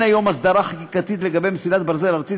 אין היום הסדרה חקיקתית לגבי מסילת ברזל ארצית